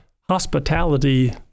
hospitality